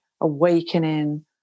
awakening